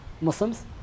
Muslims